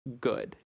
good